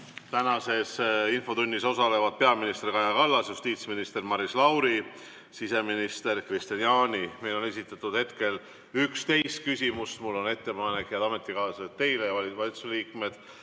Tänases infotunnis osalevad peaminister Kaja Kallas, justiitsminister Maris Lauri ja siseminister Kristian Jaani. Meile on esitatud hetkel 11 küsimust ja mul on teile, head ametikaaslased ja valitsuse liikmed,